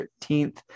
13th